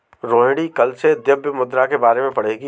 रोहिणी कल से द्रव्य मुद्रा के बारे में पढ़ेगी